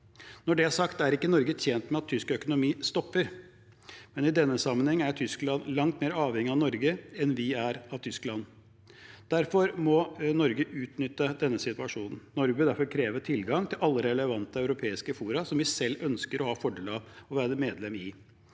Når det er sagt, er ikke Norge tjent med at tysk økonomi stopper, men i denne sammenheng er Tyskland langt mer avhengig av Norge enn vi er av Tyskland. Derfor må Norge utnytte denne situasjonen. Norge bør derfor kreve tilgang til alle relevante europeiske fora som vi selv ønsker og har fordel av å være medlem i.